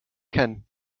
kennen